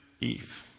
Eve